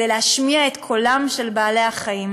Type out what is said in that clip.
כדי להשמיע את קולם של בעלי-החיים.